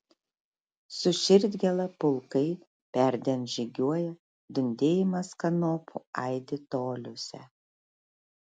su širdgėla pulkai perdien žygiuoja dundėjimas kanopų aidi toliuose